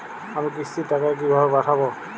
আমি কিস্তির টাকা কিভাবে পাঠাব?